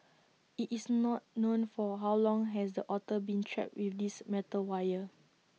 IT is not known for how long has the otter been trapped with this metal wire